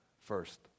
first